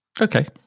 okay